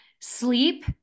sleep